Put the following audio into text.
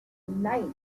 night